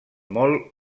molt